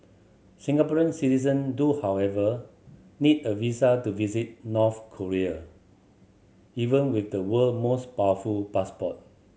Singaporean citizen do however need a visa to visit North Korea even with the world most powerful passport